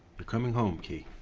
you're coming home, ki.